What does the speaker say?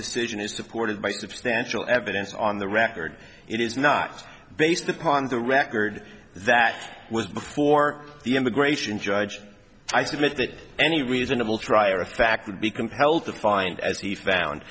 decision is deported by substantial evidence on the record in it's not based upon the record that was before the immigration judge i submit that any reasonable trier of fact would be compelled to find as he found